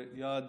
זה יעד